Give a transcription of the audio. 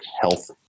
health